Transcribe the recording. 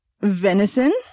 Venison